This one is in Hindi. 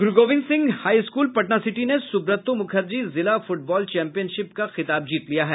गुरू Gobind Singh high school Patna city ने सुब्रतो मुखर्जी जिला फुटबॉल चैंपियनशिप का खिताब जीत लिया है